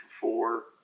four